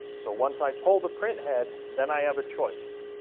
so, once i pull the printhead, then i have a choice.